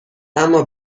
اما